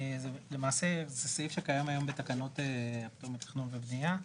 למעשה זה סעיף שקיים היום בתקנות תחום התכנון והבניה,